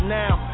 now